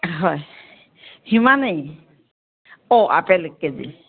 হয় সিমানেই অঁ আপেল এক কেজি